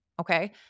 Okay